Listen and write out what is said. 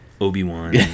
Obi-Wan